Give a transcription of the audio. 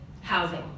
housing